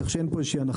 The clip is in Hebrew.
כך שאין פה הנחה.